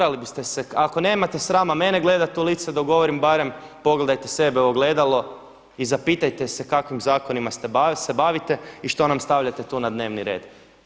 Ako nemate srama mene gledati u lice dok govorim barem pogledajte sebe u ogledalo i zapitajte se kakvim zakonima se bavite i što nam stavljate tu na dnevni red.